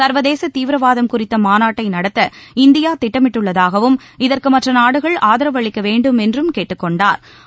ச்வதேச தீவிரவாதம் குறித்த மாநாட்டை நடத்த இந்தியா திட்டமிட்டுள்ளதாகவும் இதற்கு மற்ற நாடுகள் ஆதரவு தரவேண்டும் என்றும் கேட்டுக்கொண்டாா்